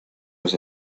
los